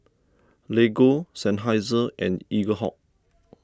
Lego Seinheiser and Eaglehawk